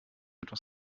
etwas